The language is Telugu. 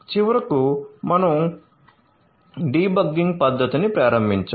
చివరకు మనం డీబగ్గింగ్ పద్ధతిని ప్రారంభించాము